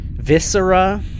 viscera